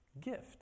gift